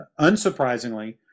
unsurprisingly